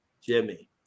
Jimmy